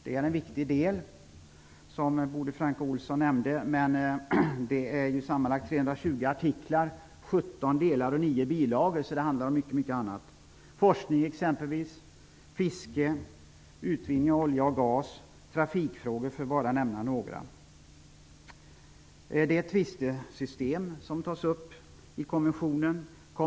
Det är en viktig del, som Bodil Francke Ohlsson nämnde. Men konventionen har sammanlagt 320 artiklar, 17 delar och 9 bilagor, så det handlar om mycket annat också. Det handlar om forskning, fiske, utvinning av olja och gas, trafikfrågor, för att bara nämna några frågor. Ett tvistlösningssystem tas upp i konventionen.